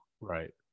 right